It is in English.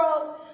world